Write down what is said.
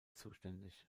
zuständig